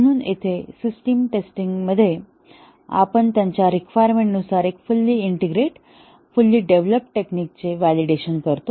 म्हणून येथे system testing मध्ये आपण त्याच्या रिक्वायरमेंट नुसार एक फुल्ली इंटिग्रेट फुल्ली डेव्हलप्ड टेक्निकचे व्हॅलिडेशन करतो